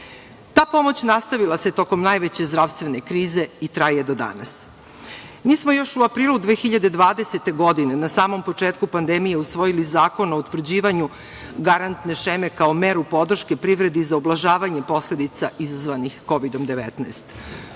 Ta pomoć nastavila se tokom najveće zdravstvene krize i traje i danas. Mi smo još u aprilu 2020. godine, na samom početku pandemije, usvojili Zakon o utvrđivanju garantne šeme, kao meru podrške privredi za ublažavanje posledica izazvanih kovidom-19.